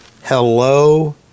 Hello